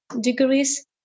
degrees